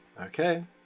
Okay